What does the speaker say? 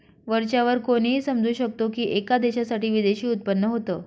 वरच्या वर कोणीही समजू शकतो की, एका देशासाठी विदेशी उत्पन्न होत